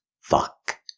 Fuck